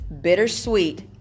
bittersweet